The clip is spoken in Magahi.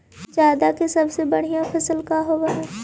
जादा के सबसे बढ़िया फसल का होवे हई?